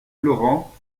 laurent